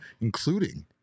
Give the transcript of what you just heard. including